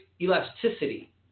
elasticity